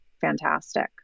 fantastic